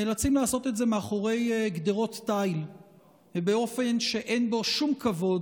נאלצים לעשות את זה מאחורי גדרות תיל ובאופן שאין בו שום כבוד